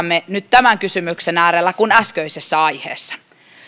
on käsillämme nyt tämän kysymyksen äärellä kuin äskeisessä aiheessa